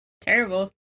Terrible